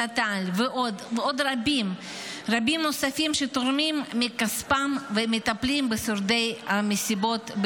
נט"ל ועוד רבים נוספים שתורמים מכספם ומטפלים בהתנדבות בשורדי המסיבות.